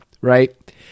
right